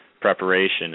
preparation